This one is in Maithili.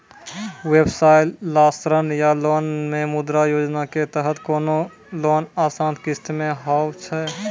व्यवसाय ला ऋण या लोन मे मुद्रा योजना के तहत कोनो लोन आसान किस्त मे हाव हाय?